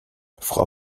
frau